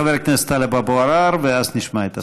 חבר הכנסת טלב אבו עראר, ואז נשמע את השר.